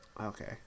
Okay